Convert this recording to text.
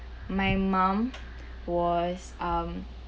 my mum was um